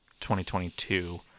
2022